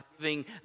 giving